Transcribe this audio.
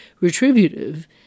retributive